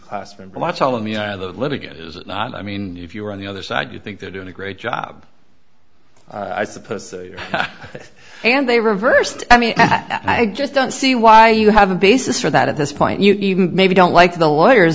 is it not i mean if you're on the other side you think they're doing a great job i suppose and they reversed i mean i just don't see why you have a basis for that at this point you even maybe don't like the lawyers